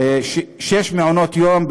שישה מעונות יום,